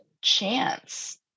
chance